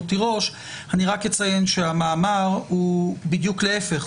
- המאמר בדיוק להפך.